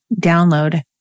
download